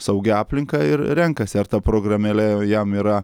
saugia aplinka ir renkasi ar ta programėlė jam yra